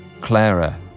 Clara